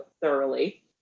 thoroughly